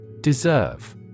Deserve